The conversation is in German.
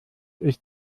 ist